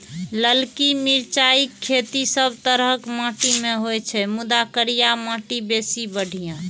ललकी मिरचाइक खेती सब तरहक माटि मे होइ छै, मुदा करिया माटि बेसी बढ़िया